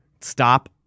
Stop